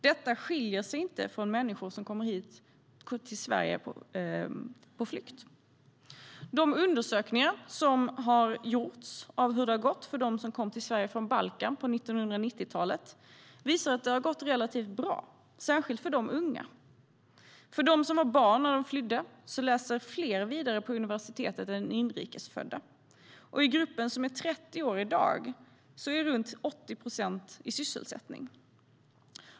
Det skiljer sig inte från människor på flykt som kommer hit.De undersökningar som gjorts av hur det gått för dem som kom till Sverige från Balkan på 1990-talet visar att det gått relativt bra, särskilt för de unga. Av dem som var barn när de flydde läser fler vidare på universitet än inrikes födda, och i gruppen som är 30 år i dag är runt 80 procent i sysselsättning.